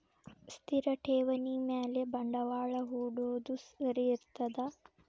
ಸ್ಥಿರ ಠೇವಣಿ ಮ್ಯಾಲೆ ಬಂಡವಾಳಾ ಹೂಡೋದು ಸರಿ ಇರ್ತದಾ?